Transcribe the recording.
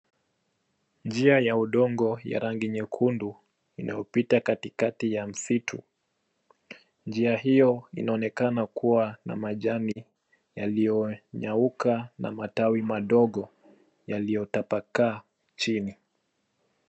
Njia ya udongo ya rangi nyekundu, inayopita katikati ya msitu. Njia hiyo inaonekana kuwa na majani yaliyonyauka na matawi madogo yaliyotapakaa chini.